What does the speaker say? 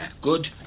Good